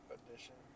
Addition